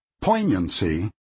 Poignancy